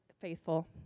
faithful